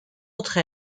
notre